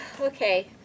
Okay